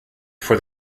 for